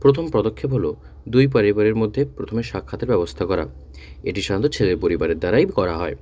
প্রথম পদক্ষেপ হল দুই পারিবারের মধ্যে প্রথমে সাক্ষাতের ব্যবস্থা করা এটি সাধারণত ছেলের পরিবারের দ্বারাই করা হয়